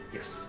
Yes